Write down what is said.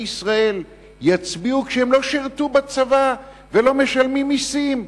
ישראל יצביעו כשהם לא שירתו בצבא ולא משלמים מסים.